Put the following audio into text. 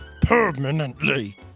permanently